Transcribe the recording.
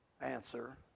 answer